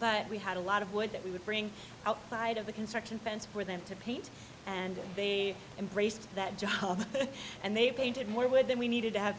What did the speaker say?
but we had a lot of wood that we would bring outside of the construction fence for them to paint and they embraced that job and they painted more wood then we needed to have